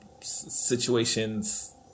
situations